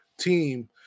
team